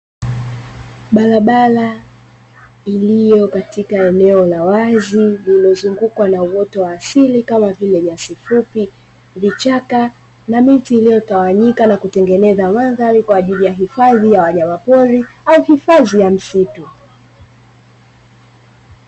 Barabara iliyokatika eneo la wazi lililozungukwa na uoto wa asili kama vile nyasi fupi, vichaka na miti iliyotawanyika na kutengeneza mandhari kwa ajili ya hifadhi ya wanyama pori wa hifadhi ya msitu.